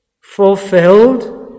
fulfilled